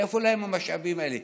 מאיפה להם המשאבים האלה?